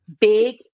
big